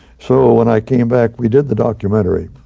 so when i came back, we did the documentary,